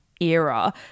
era